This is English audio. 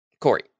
Corey